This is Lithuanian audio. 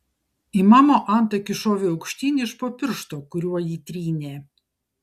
imamo antakis šovė aukštyn iš po piršto kuriuo jį trynė